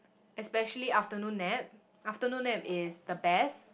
especially afternoon nap afternoon nap is the best